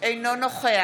אינו נוכח